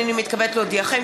הנני מתכבדת להודיעכם,